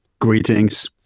Greetings